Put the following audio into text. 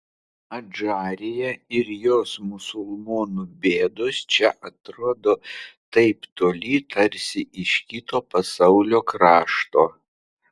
adžarija ir jos musulmonų bėdos čia atrodo taip toli tarsi iš kito pasaulio krašto